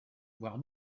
voire